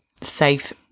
safe